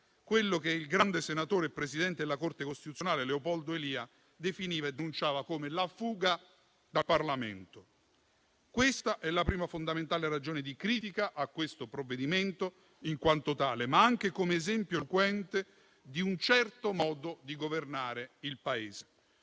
quello che il grande senatore e presidente della Corte costituzionale Leopoldo Elia definiva e denunciava come la "fuga dal Parlamento". Questa è la prima fondamentale ragione di critica a questo provvedimento in quanto tale, ma anche come esempio eloquente di un certo modo di governare il Paese